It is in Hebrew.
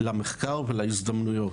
למחקר ולהזדמנויות.